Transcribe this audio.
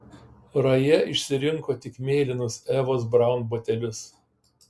raja išsirinko tik mėlynus evos braun batelius